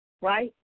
right